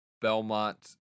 Belmont